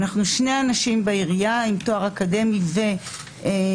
אנחנו שני אנשים בעירייה עם תואר אקדמי וקורס